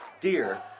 Dear